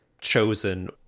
chosen